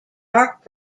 dark